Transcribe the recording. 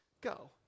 go